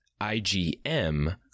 IgM